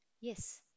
Yes